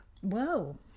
whoa